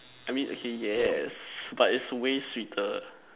I mean okay yes but it's way sweeter